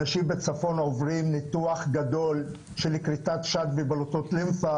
אנשים בצפון עוברים ניתוח גדול של כריתת שד בבלוטות לימפה